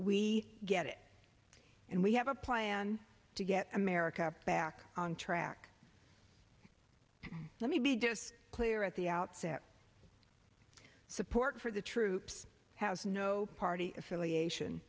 we get it and we have a plan to get america back on track let me be does clear at the outset support for the troops has no party affiliation